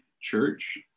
church